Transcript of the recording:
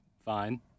Fine